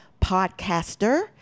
podcaster